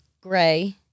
gray